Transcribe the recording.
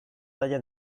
talla